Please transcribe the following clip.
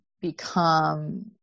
become